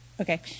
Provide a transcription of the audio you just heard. Okay